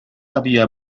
había